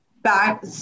back